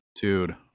Dude